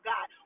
God